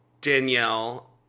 Danielle